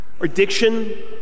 Addiction